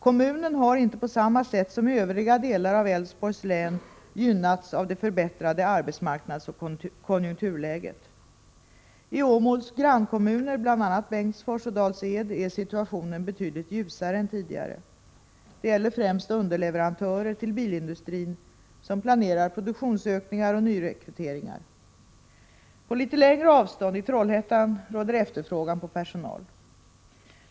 Kommunen har inte på samma sätt som övriga delar av Älvsborgs län gynnats av det förbättrade arbetsmarknadsoch konjunkturläget. I Åmåls grannkommuner, bl.a. Bengtsfors och Dals-Ed, är situationen betydligt ljusare än tidigare. Det gäller främst underleverantörer till bilindustrin som planerar produktionsökningar och nyrekryteringar. På litet längre avstånd, i Trollhättan, råder stor efterfrågan på personal.